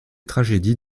tragédies